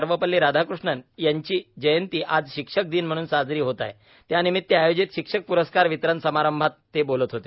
सर्वपल्ली राधाकृष्णन यांची जयंतीआज शिक्षक दिन म्हणून साजरी होत आहे त्यानिमित्त आयोजित शिक्षक पुरस्कार वितरण समारंभातते बोलत होते